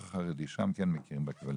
החרדי במשרד החינוך, שם כן מכירים בכך.